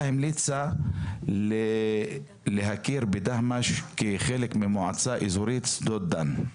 המליצה להכיר בדהמש כחלק ממועצה אזורית שדות דן,